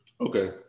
okay